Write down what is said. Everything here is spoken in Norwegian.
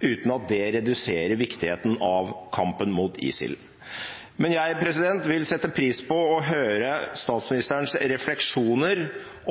uten at det reduserer viktigheten av kampen mot ISIL. Jeg vil sette pris på å høre statsministerens refleksjoner